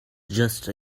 just